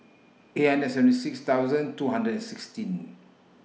eight hundred and seventy six thousand two hundred and sixteen